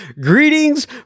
Greetings